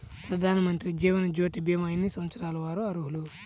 ప్రధానమంత్రి జీవనజ్యోతి భీమా ఎన్ని సంవత్సరాల వారు అర్హులు?